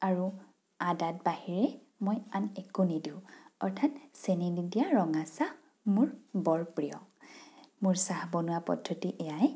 আৰু আদাত বাহিৰে মই আন একো নিদিওঁ অৰ্থাৎ চেনী নিদিয়া ৰঙা চাহ মোৰ বৰ প্ৰিয় মোৰ চাহ বনোৱা পদ্ধতি এইয়াই